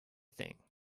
thing